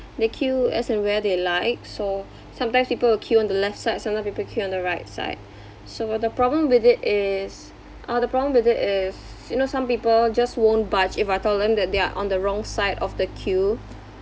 they queue as and where they like so sometimes people will queue on the left side sometime people queue on the right side so the problem with it is uh the problem with it is you know some people just won't budge if I told them that they are on the wrong side of the queue